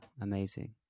Amazing